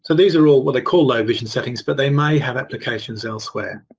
so these are all what they call low vision settings but they may have applications elsewhere.